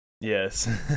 Yes